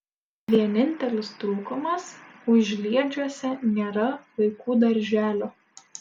vienintelis trūkumas užliedžiuose nėra vaikų darželio